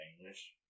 English